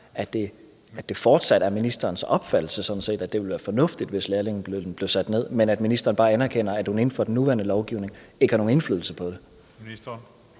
at det fortsat er ministerens opfattelse, at det ville være fornuftigt, hvis lærlingelønnen blev sat ned, men at ministeren bare anerkender, at hun inden for den nuværende lovgivning ikke har nogen indflydelse på det.